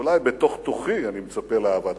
אולי בתוך תוכי אני מצפה לאהבת חינם,